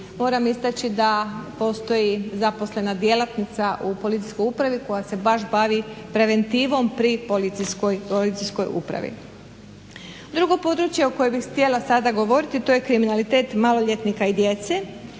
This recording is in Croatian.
Moram istaći da postoji zaposlena djelatnica u policijskoj upravi koja se baš bavi preventivom pri policijskoj upravi. Drugo područje o kojem bih htjela sada govoriti to je kriminalitet maloljetnika i djece.